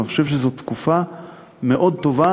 ואני חושב שזאת תקופה מאוד טובה,